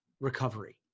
Recovery